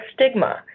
stigma